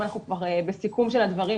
אם אנחנו בסיכום של הדברים,